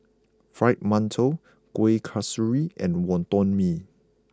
Fried Mantou Kuih Kasturi and Wonton Mee